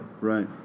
right